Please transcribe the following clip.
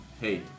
hey